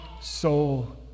soul